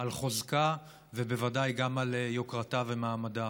על חוזקה ובוודאי גם על יוקרתה ומעמדה.